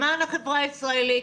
למען החברה הישראלית,